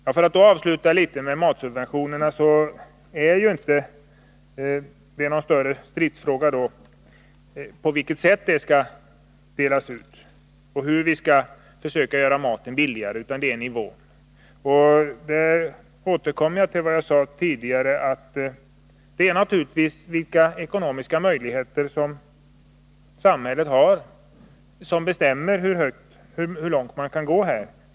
Jag vill avsluta debatten med att säga några ord om matsubventionerna. Det sätt på vilket matsubventionerna skall delas ut och hur vi skall försöka göra maten billigare är inte någon större stridsfråga. Jag återkommer till vad jag sade tidigare, att det naturligtvis är de ekonomiska möjligheterna i samhället som bestämmer hur långt man kan gå i detta avseende.